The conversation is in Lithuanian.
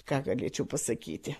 ką galėčiau pasakyti